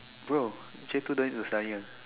bro J two don't need to study one